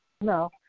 no